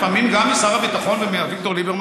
לפעמים גם משר הביטחון ומאביגדור ליברמן